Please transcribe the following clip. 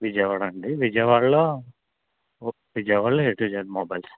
విజయవాడ అండి విజయవాడలో విజయవాడలో ఏ టు జెడ్ మొబైల్స్